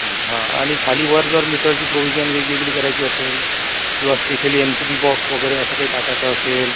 हां हां आणि खाली वर जर मीटरची प्रोव्हिजन वेगवेगळी करायची असेल किंवा specially M C B box वगैरे असं काही टाकायचं असेल